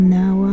now